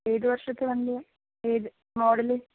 ഏത് വർഷത്തെ വണ്ടിയാണ് ഏത് മോഡല്